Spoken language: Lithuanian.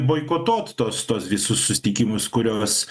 boikotuot tuos tuos visus susitikimus kuriuos